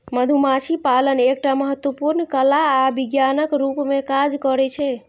मधुमाछी पालन एकटा महत्वपूर्ण कला आ विज्ञानक रूप मे काज करै छै